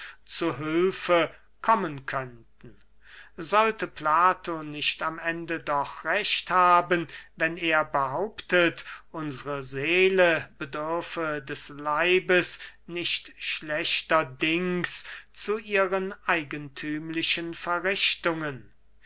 zu hülfe kommen könnten sollte plato nicht am ende doch recht haben wenn er behauptet unsre seele bedürfe des leibes nicht schlechterdings zu ihren eigenthümlichen verrichtungen